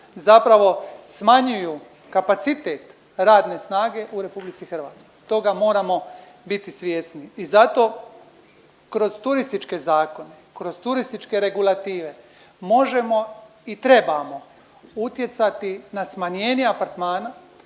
zapravo smanjuju kapacitet radne snage u RH. Toga moramo biti svjesni i zato kroz turističke zakone, kroz turističke regulative možemo i trebamo utjecati na smanjenje apartmana,